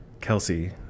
Kelsey